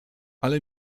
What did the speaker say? ale